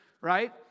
right